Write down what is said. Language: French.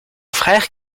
frère